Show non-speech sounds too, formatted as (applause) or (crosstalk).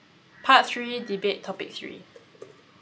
(noise) part three debate topic three